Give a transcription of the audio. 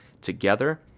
together